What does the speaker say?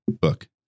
book